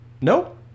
Nope